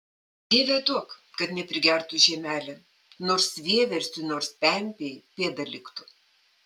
dieve duok kad neprigertų žemelė nors vieversiui nors pempei pėda liktų